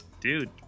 dude